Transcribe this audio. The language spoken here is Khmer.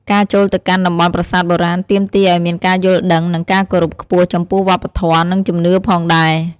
ការចូលទៅកាន់តំបន់ប្រាសាទបុរាណ ទាមទារឲ្យមានការយល់ដឹង និងការគោរពខ្ពស់ចំពោះវប្បធម៌ និងជំនឿផងដែរ។